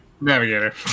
Navigator